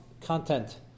content